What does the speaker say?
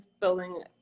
building